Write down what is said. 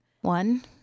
One